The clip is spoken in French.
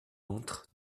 entrent